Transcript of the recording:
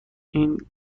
این